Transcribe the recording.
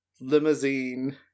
limousine